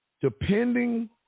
depending